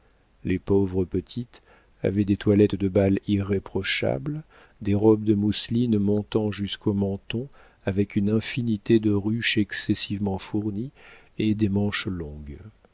les pauvres petites avaient des toilettes de bal irréprochables des robes de mousseline montant jusqu'au menton avec une infinité de ruches excessivement fournies et des manches longues